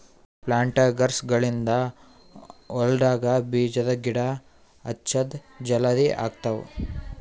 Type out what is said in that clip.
ಪ್ಲಾಂಟರ್ಸ್ಗ ಗಳಿಂದ್ ಹೊಲ್ಡಾಗ್ ಬೀಜದ ಗಿಡ ಹಚ್ಚದ್ ಜಲದಿ ಆಗ್ತಾವ್